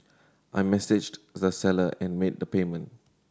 I messaged the seller and made the payment